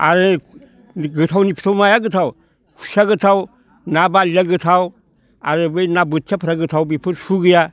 आरो गोथावनि फिथोराव माया गोथाव खुसिया गोथाव ना बारलिया गोथाव आरो बै ना बोथियाफोरा गोथाव बेफोर सु गैया